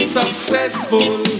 successful